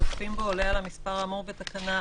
שמשתתפים בה מעל 20 אנשים במבנה.